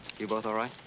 you both all right?